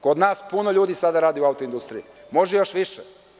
Kod nas puno ljudi sada radi u autoindustirji, a može još više.